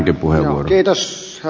herra puhemies